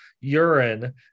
urine